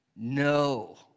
No